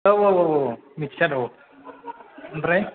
औ औ औ औ औ मिथिसार औ ओमफ्राय